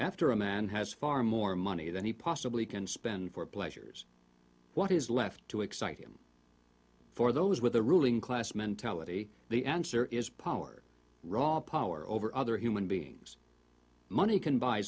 after a man has far more money than he possibly can spend for pleasures what is left to excite him for those with the ruling class mentality the answer is power raw power over other human beings money can buy